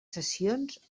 sessions